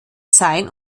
sein